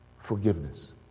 Forgiveness